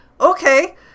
Okay